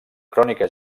crònica